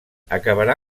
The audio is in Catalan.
acabarà